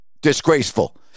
Disgraceful